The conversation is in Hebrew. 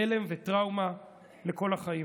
הלם וטראומה לכל החיים.